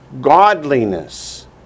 godliness